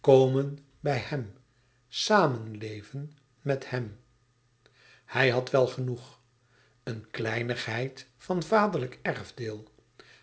komen bij hem samenleven met hem hij had wel genoeg een kleinigheid van vaderlijk erfdeel